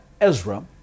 Ezra